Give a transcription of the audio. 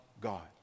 God